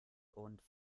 und